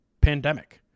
pandemic